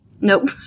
nope